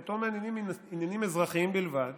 אותו מעניינים עניינים אזרחיים בלבד